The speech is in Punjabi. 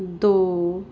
ਦੋ